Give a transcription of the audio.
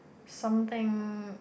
something